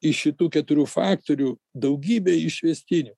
iš šitų keturių faktorių daugybę išvestinių